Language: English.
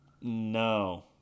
no